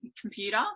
computer